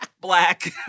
black